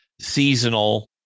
seasonal